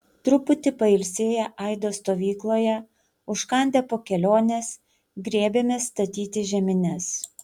truputį pailsėję aido stovykloje užkandę po kelionės griebėmės statyti žemines